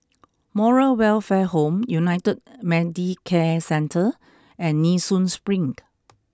Moral Welfare Home United Medicare Centre and Nee Soon Spring